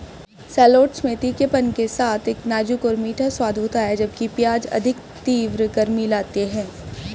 shallots में तीखेपन के साथ एक नाजुक और मीठा स्वाद होता है, जबकि प्याज अधिक तीव्र गर्मी लाते हैं